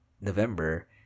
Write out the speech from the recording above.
November